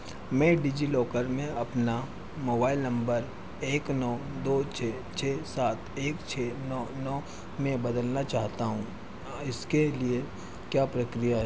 मैं डिजिलॉकर में अपना मोबाइल नम्बर एक नौ दो छः छः सात एक छः नौ नौ में बदलना चाहता हूँ इसके लिए क्या प्रक्रिया है